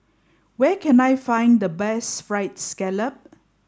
where can I find the best Fried Scallop